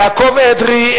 יעקב אדרי,